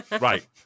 Right